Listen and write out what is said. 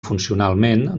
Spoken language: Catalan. funcionalment